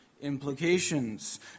implications